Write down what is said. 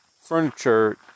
furniture